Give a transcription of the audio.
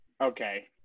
Okay